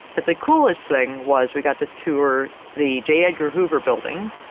but the coolest thing was, we got to tour the j. edgar hoover building,